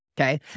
Okay